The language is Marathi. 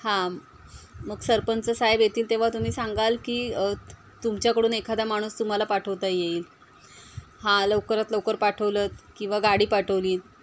हां मग सरपंच साहेब येतील तेव्हा तुम्ही सांगाल की तुमच्याकडून एखादा माणूस तुम्हाला पाठवता येईल हां लवकरात लवकर पाठवलंत किंवा गाडी पाठवलीत